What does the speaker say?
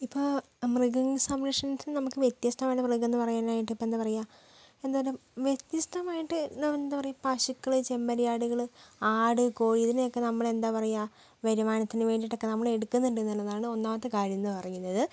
ഇപ്പോൾ മൃഗ സംരക്ഷണത്തിന് നമുക്ക് വ്യത്യസ്തമായിട്ടുള്ള മൃഗമെന്ന് പറയാനായിട്ട് ഇപ്പോൾ എന്താ പറയാ എന്തേലും വ്യത്യസ്തമായിട്ട് എന്താ പറയാ പശുക്കൾ ചെമ്മരിയാടുകൾ ആട് കോഴി ഇതിനെയൊക്കെ നമ്മൾ എന്താ പറയാ വരുമാനത്തിന് വേണ്ടിയിട്ടൊക്കെ നമ്മൾ എടുക്കുന്നുണ്ടെന്നുള്ളതാണ് ഒന്നാമത്തെ കാര്യമെന്ന് പറയുന്നത്